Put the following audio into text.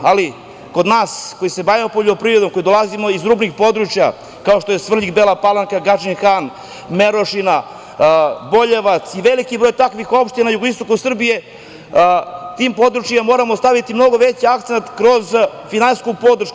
Ali, kod nas koji se bavimo poljoprivredom koji dolazimo iz područja, kao što je Svrljig, Bela Palanka, Gadžin Han, Merošina, Boljevac i veliki broj takvih opština na jugoistoku Srbije, tim područjima moramo staviti mnogo veći akcenat kroz finansijsku podršku.